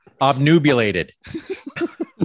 obnubulated